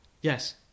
yes